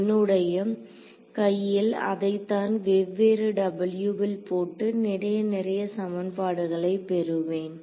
என்னுடைய கையில் அதைத்தான் வெவ்வேறுw ல் போட்டு நிறைய நிறைய சமன்பாடுகளை பெறுவேன்